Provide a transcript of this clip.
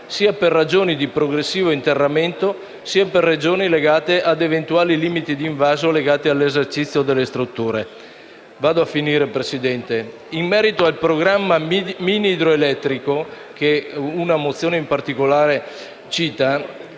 sia per ragioni di progressivo interramento, sia per ragioni legate ad eventuali limiti di invaso all’esercizio delle strutture. In conclusione, in merito al programma mini idroelettrico, che una mozione in particolare cita